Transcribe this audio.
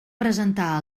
presentar